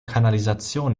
kanalisation